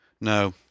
No